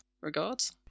regards